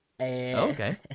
Okay